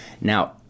Now